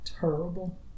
terrible